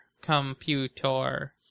Computer